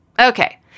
Okay